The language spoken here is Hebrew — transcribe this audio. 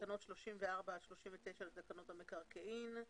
תקנות 34 עד 39 לתקנות המקרקעין.